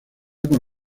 con